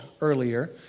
earlier